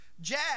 Jazz